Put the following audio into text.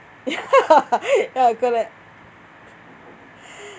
ya correct